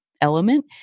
element